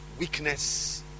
weakness